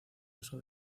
paso